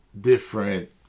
different